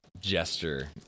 gesture